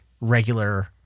regular